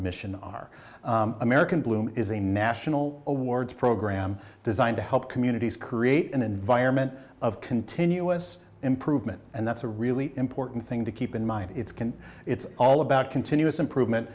mission are american bloom is a national awards program designed to help communities create an environment of continuous improvement and that's a really important thing to keep in mind it's can it's all about continuous improvement